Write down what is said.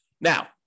now